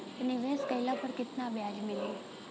निवेश काइला पर कितना ब्याज मिली?